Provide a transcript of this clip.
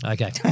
Okay